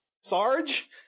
Sarge